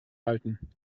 halten